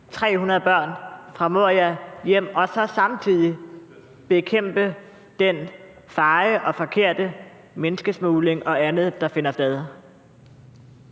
300 børn fra Moria hjem og så samtidig bekæmpe den feje og forkerte menneskesmugling og andet, der finder sted.